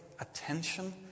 attention